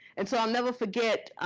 and so i'll never forget